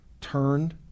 turned